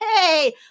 Hey